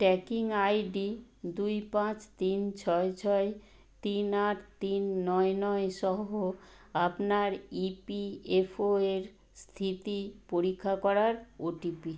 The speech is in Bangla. ট্র্যাকিং আই ডি দুই পাঁচ তিন ছয় ছয় তিন আট তিন নয় নয় সহ আপনার ই পি এফ ও এর স্থিতি পরীক্ষা করার ও টি পি